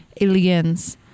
Aliens